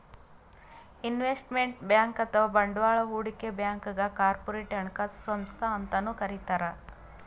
investment bank ಅಥವಾ ಬಂಡವಾಳ್ ಹೂಡಿಕೆ ಬ್ಯಾಂಕ್ಗ್ ಕಾರ್ಪೊರೇಟ್ ಹಣಕಾಸು ಸಂಸ್ಥಾ ಅಂತನೂ ಕರಿತಾರ್